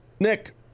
Nick